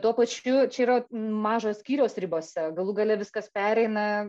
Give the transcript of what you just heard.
tuo pačiu čia yra m mažo skyriaus ribose galų gale viskas pereina